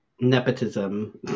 Nepotism